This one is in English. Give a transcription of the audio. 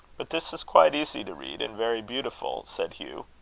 but this is quite easy to read, and very beautiful, said hugh.